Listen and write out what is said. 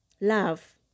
love